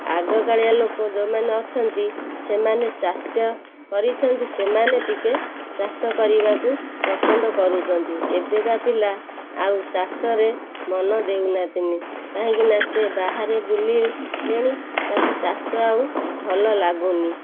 ଆଗକାଳିଆ ଲୋକ ଯୋଉମାନେ ଅଛନ୍ତି ସେମାନେ ଚାଷ କରିଛନ୍ତି ସେମାନେ ଟିକେ ଚାଷ କରିବାକୁ ପସନ୍ଦ କରୁଛନ୍ତି ଏବେକା ପିଲା ଆଉ ଚାଷରେ ମନ ଦେଉନାହାନ୍ତି ନି କାହିଁକିନା ସେ ବାହାରେ ବୁଲିଲେଣି ତାଙ୍କୁ ଚାଷ ଆଉ ଭଲ ଲାଗୁନି